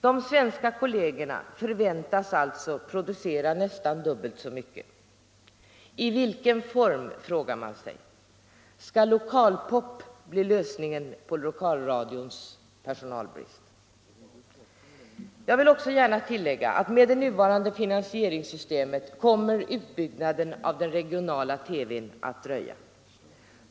De svenska kollegerna förväntas alltså producera nästan dubbelt så mycket. I vilken form? frågar man sig. Skall lokalpop bli lösningen på lokalradions personalproblem? Jag vill gärna tillägga att med det nuvarande finansieringssystemet kommer utbyggnaden av den regionala TV:n att dröja.